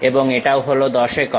এবং এটাও হলো 10 একক